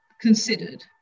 considered